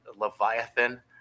Leviathan